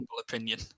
opinion